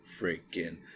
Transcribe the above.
freaking